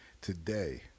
today